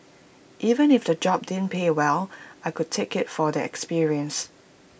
even if the job didn't pay well I could take IT for the experience